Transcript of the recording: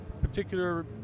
particular